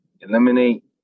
eliminate